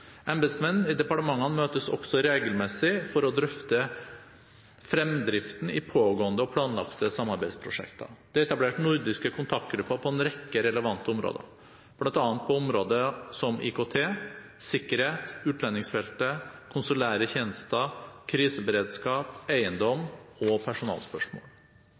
i departementene møtes også regelmessig for å drøfte fremdriften i pågående og planlagte samarbeidsprosjekter. Det er etablert nordiske kontaktgrupper på en rekke relevante områder, bl.a. på områder som IKT, sikkerhet, utlendingsfeltet, konsulære tjenester, kriseberedskap, eiendom og personalspørsmål.